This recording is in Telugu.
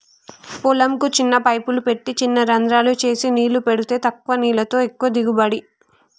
పొలం కు చిన్న పైపులు పెట్టి చిన రంద్రాలు చేసి నీళ్లు పెడితే తక్కువ నీళ్లతో ఎక్కువ దిగుబడి